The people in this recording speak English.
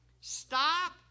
Stop